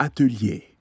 atelier